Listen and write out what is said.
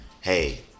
hey